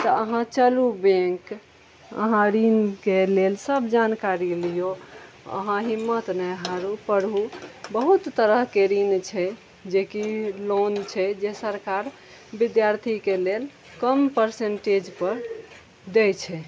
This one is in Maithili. तऽ अहाँ चलू बैंक अहाँ ऋणके लेल सब जानकारी लियौ अहाँ हिम्मत नहि हारू पढ़ू बहुत तरहके ऋण छै जेकि लोन छै जे सरकार बिद्यार्थीके लेल कम परसेंटेज पर दै छै